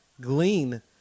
glean